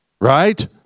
Right